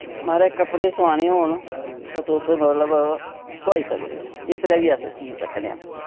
माराज कपड़े सोआने होन ते तुस मतलब सोआई सकदे ओ इसलै बी अस सी सकने आं